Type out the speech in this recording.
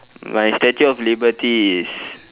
my statue of liberty is